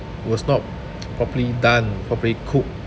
was not properly done properly cooked